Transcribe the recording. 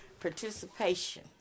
participation